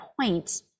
point